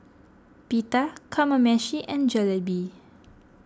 Pita Kamameshi and Jalebi